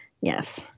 Yes